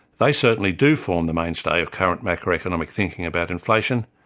they certainly do form the mainstay of current macroeconomic thinking about inflation,